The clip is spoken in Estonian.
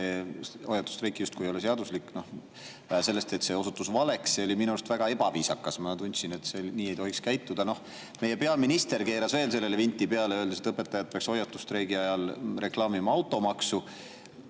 hoiatusstreik justkui ei ole seaduslik, vähe sellest, et see osutus valeks, ja see oli minu arust väga ebaviisakas. Ma tundsin, et nii ei tohiks käituda. Meie peaminister keeras veel sellele vinti peale, öeldes, et õpetajad peaksid hoiatusstreigi ajal reklaamima automaksu.